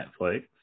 Netflix